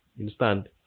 understand